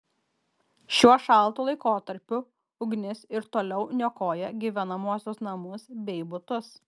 šiuo šaltu laikotarpiu ugnis ir toliau niokoja gyvenamuosius namus bei butus